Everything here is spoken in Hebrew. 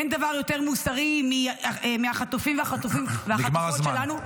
אין דבר יותר מוסרי מהחטופים והחטופות שלנו.